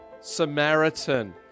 Samaritan